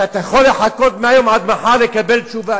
אתה יכול לחכות מהיום עד מחר לקבל תשובה,